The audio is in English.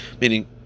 Meaning